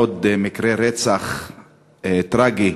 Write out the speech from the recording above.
עוד מקרה רצח טרגי.